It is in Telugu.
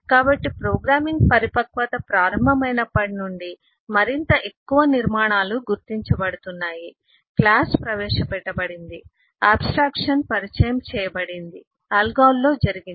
కాబట్టి ప్రోగ్రామింగ్ పరిపక్వత ప్రారంభమైనప్పటి నుండి మరింత ఎక్కువ నిర్మాణాలు గుర్తించబడుతున్నాయి క్లాస్ ప్రవేశపెట్టబడింది ఆబ్స్ ట్రాక్షన్ పరిచయం చేయబడింది ALGOL లో జరిగింది